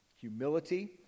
humility